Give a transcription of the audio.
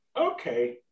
Okay